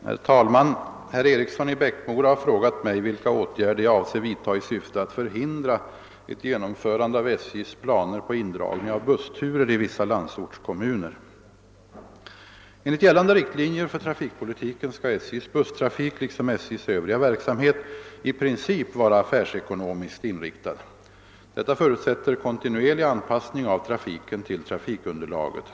Herr talman! Herr Eriksson i Bäckmora har frågat mig vilka åtgärder jag avser vidtaga i syfte att förhindra ett genomförande av SJ:s planer på indragning av bussturer i vissa landsortskommuner. Enligt gällande riktlinjer för trafikpolitiken skall SJ:s busstrafik, liksom SJ:s övriga verksamhet, i princip vara affärsekonomiskt inriktad. Detta förutsätter kontinuerlig anpassning av trafiken till trafikunderlaget.